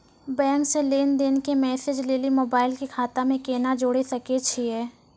Bank से लेंन देंन के मैसेज लेली मोबाइल के खाता के केना जोड़े सकय छियै?